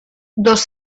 dos